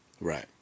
Right